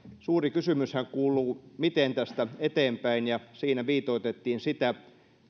suuri kysymyshän kuuluu miten tästä eteenpäin ja siinä viitoitettiin sitä